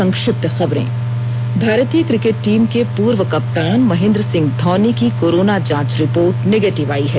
संक्षिप्त खबरें भारतीय क्रिकेट टीम के पूर्व कप्तान महेंद्र सिंह धौनी की कोरोना जांच रिपोर्ट निगेटिव आई है